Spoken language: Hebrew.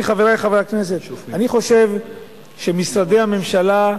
לכן, חברי חברי הכנסת, אני חושב שמשרדי הממשלה,